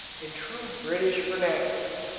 in true british vernacular,